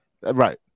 Right